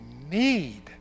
need